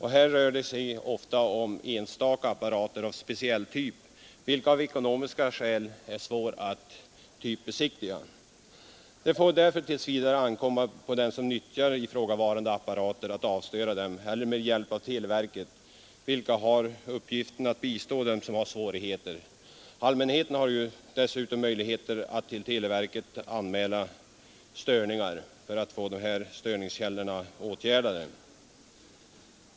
Här rör det sig ofta om enstaka apparater av speciell typ, vilka av ekonomiska skäl är svåra att typbesiktiga. Det får därför tills vidare ankomma på dem som nyttjar ifrågavarande apparater att avstöra dem, eventuellt med hjälp av televerket, som har uppgiften att bistå dem som har svårigheter med avstörningen. Allmänheten har dessutom möjlighet att till televerket anmäla störningar för att få störningskällorna eliminerade.